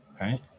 right